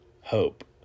hope